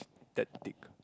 tactic